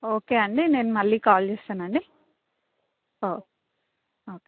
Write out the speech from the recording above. okay అండి నేను మళ్ళీ కాల్ చేస్తానండి ఓ ఓకే